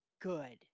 good